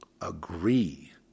agree